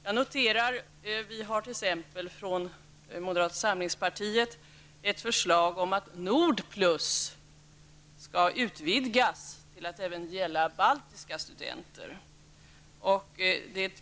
Från moderata samlingspartiets sida har vi t.ex. ett förslag om att Nordplus skall utvidgas till att gälla även baltiska studenter.